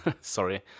Sorry